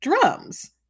drums